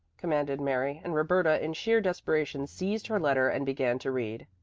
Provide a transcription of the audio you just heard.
commanded mary, and roberta in sheer desperation seized her letter and began to read.